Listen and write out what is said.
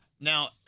Now-